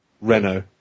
Renault